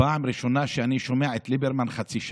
פעם ראשונה שאני שומע את ליברמן חצי שעה,